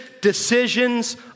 decisions